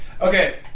Okay